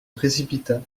précipita